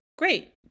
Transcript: great